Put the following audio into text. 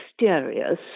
mysterious